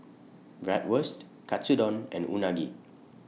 Bratwurst Katsudon and Unagi